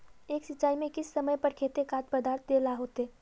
एक सिंचाई में किस समय पर केते खाद पदार्थ दे ला होते?